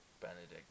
Benedict